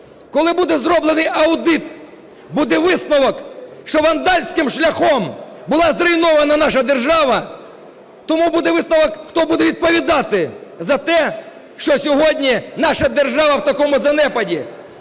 Коли буде зроблений аудит, буде висновок, що вандальським шляхом була зруйнована наша держава, тому буде висновок, хто буде відповідати за те, що сьогодні наша держава в такому занепаді.